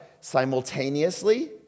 simultaneously